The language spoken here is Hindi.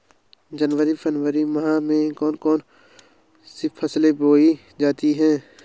जनवरी फरवरी माह में कौन कौन सी फसलें बोई जाती हैं?